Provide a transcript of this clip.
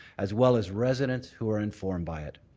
as well as residents who are informed by it.